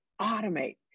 automate